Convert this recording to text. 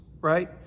right